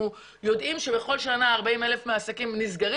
אנחנו יודעים שבכל שנה 40,000 מהעסקים נסגרים